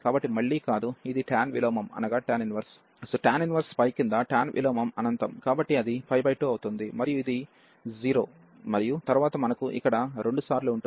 కాబట్టి మళ్ళీ కాదు ఇది ఇక్కడ టాన్ విలోమం టాన్ ఇన్వర్స్ కింద టాన్ విలోమం అనంతం కాబట్టి అది 2 అవుతుంది మరియు ఇది 0 మరియు తరువాత మనకు ఇక్కడ 2 సార్లు ఉంటుంది